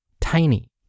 tiny